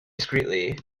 discreetly